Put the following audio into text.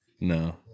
No